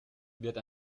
wird